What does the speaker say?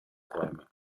räume